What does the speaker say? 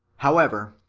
however,